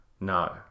no